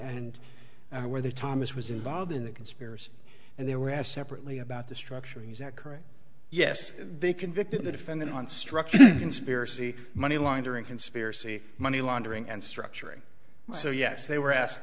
and whether thomas was involved in the conspiracy and they were asked separately about the structuring is that correct yes they convicted the defendant on structure conspiracy money laundering conspiracy money laundering and structuring so yes they were asked